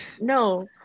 no